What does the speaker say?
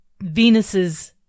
venus's